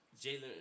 Jalen